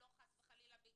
לא שחס וחלילה,